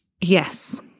yes